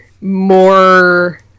more